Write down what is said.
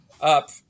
up